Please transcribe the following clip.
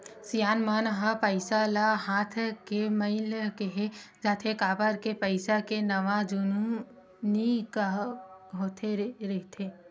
सियान मन ह पइसा ल हाथ के मइल केहें जाथे, काबर के पइसा के नवा जुनी होवत रहिथे